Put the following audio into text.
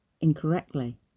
incorrectly